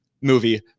movie